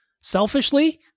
selfishly